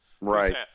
Right